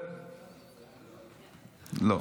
לא.